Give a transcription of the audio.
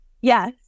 Yes